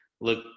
look